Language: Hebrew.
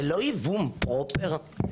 זה לא ייבום פרופר?